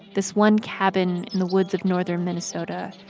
this one cabin in the woods of northern minnesota,